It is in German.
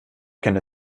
keine